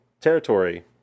territory